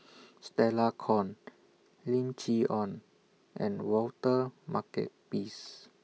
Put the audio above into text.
Stella Kon Lim Chee Onn and Walter Makepeace